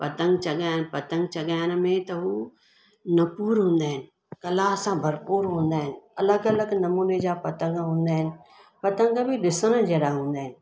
पतंग चॻाइण पतंग चॻाइण में त हू निपुण हूंदा आहिनि कला सां भरपूर हूंदा आहिनि अलॻि अलॻि नमूने जा पतंग हूंदा आहिनि पतंग बि ॾिसण जहिड़ा हूंदा आहिनि